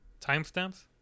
timestamps